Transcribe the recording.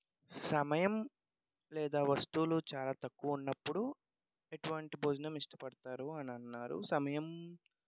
సమయం లేదా వస్తువులు చాలా తక్కువ ఉన్నప్పుడు ఎటువంటి భోజనం ఇష్టపడుతారు అని అన్నారు సమయం